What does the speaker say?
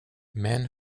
män